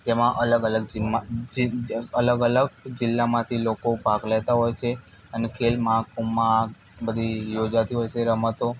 તેમાં અલગ અલગ જીમમાં અલગ અલગ જિલ્લામાંથી લોકો ભાગ લેતા હોય છે અને ખેલ મહાકુંભમાં બધી યોજાતી હોય છે રમતો